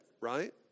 right